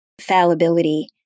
fallibility